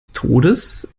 todes